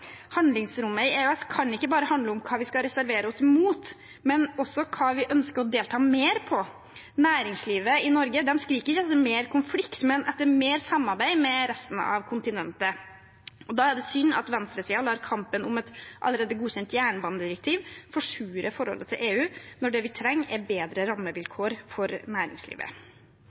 Handlingsrommet i EØS kan ikke bare handle om hva vi skal reservere oss mot, men også om hva vi ønsker å delta mer i. Næringslivet i Norge skriker ikke etter mer konflikt, men etter mer samarbeid med resten av kontinentet. Da er det synd at venstresiden lar kampen om et allerede godkjent jernbanedirektiv forsure forholdet til EU, når det vi trenger, er bedre rammevilkår for næringslivet.